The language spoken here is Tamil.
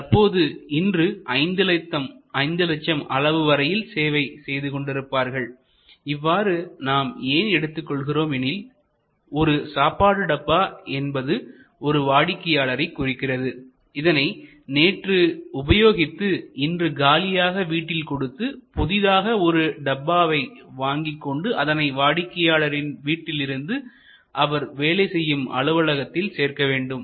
தற்போது இன்று 500000 அளவு வரையில் சேவை செய்து கொண்டிருப்பார்கள் இவ்வாறு நாம் ஏன் எடுத்துக் கொள்கிறோம் எனில் ஒரு சாப்பாடு டப்பா என்பது ஒரு வாடிக்கையாளரை குறிக்கிறது இதனை நேற்று உபயோகித்து இன்று காலியாக வீட்டில் கொடுத்து புதிதாக ஒரு டப்பாவை வாங்கி கொண்டு அதனை வாடிக்கையாளரின் வீட்டிலிருந்து அவர் வேலை செய்யும் அலுவலகத்தில் சேர்க்க வேண்டும்